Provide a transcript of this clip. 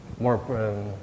more